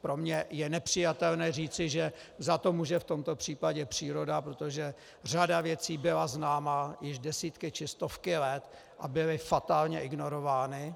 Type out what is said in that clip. Pro mě je nepřijatelné říci, že za to může v tomto případě příroda, protože řada věcí byla známa již desítky, či stovky let a byly fatálně ignorovány.